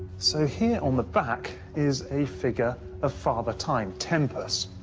so, here on the back is a figure of father time, tempus,